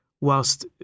whilst